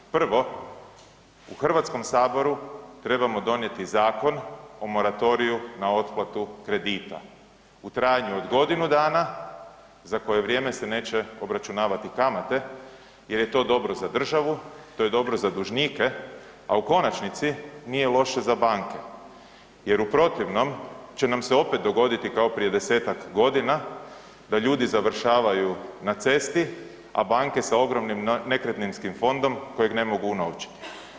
Prvo, u HS trebamo donijeti Zakon o moratoriju na otplatu kredite u trajanju od godinu dana za koje vrijeme se neće obračunavati kamate jer je to dobro za državu, to je dobro za dužnike, a u konačnici nije loše za banke jer u protivnom će nam se opet dogoditi kao prije 10-tak godina da ljudi završavaju na cesti, a banke sa ogromnim nekretninskim fondom kojeg ne mogu unovčiti.